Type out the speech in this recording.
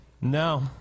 No